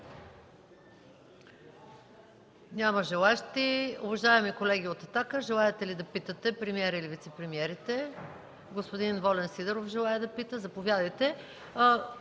Няма желаещи. Уважаеми колеги от „Атака”, желаете ли да питате премиера или вицепремиерите? Господин Волен Сидеров желае да пита. Заповядайте.